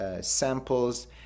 samples